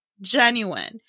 genuine